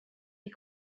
die